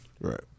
Right